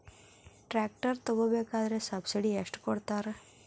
Tractor ತಗೋಬೇಕಾದ್ರೆ subsidy ಎಷ್ಟು ಕೊಡ್ತಾರ?